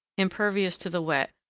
impervious to the wet,